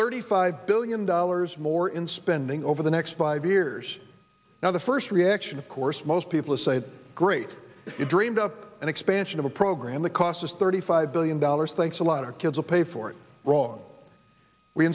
thirty five billion dollars more in spending over the next five years now the first reaction of course most people say great if you dreamed up an expansion of a program that cost us thirty five billion dollars thanks a lot or kids will pay for it wrong we